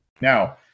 Now